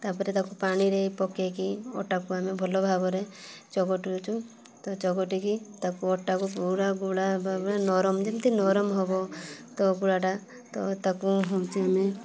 ତା'ପରେ ତାକୁ ପାଣିରେ ପକାଇକି ଅଟାକୁ ଆମେ ଭଲ ଭାବରେ ଚକଟୁଛୁ ତ ଚକଟିକି ତାକୁ ଅଟାକୁ ପୁରା ଗୁଳା ଭାବେ ନରମ ଯେମିତି ନରମ ହେବ ତ ଗୁଳାଟା ତ ତାକୁ ହେଉଛି ଆମେ